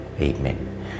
Amen